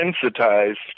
sensitized